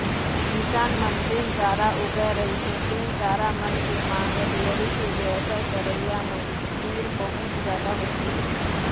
किसान मन जेन चारा उगाए रहिथे तेन चारा मन के मांग डेयरी के बेवसाय करइया मन तीर बहुत जादा होथे